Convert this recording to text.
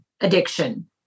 addiction